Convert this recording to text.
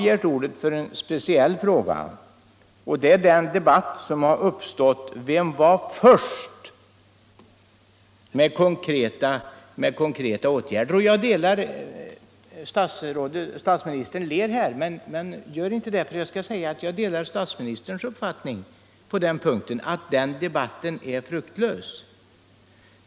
Egentligen har jag emellertid begärt ordet i anledning av den debatt som har förts om vem som var först med konkreta åtgärder på detta område. Statsministern sitter och ler under den debatten. Jag delar uppfattningen att den debatten är fruktlös.